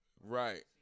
Right